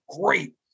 great